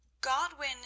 Godwin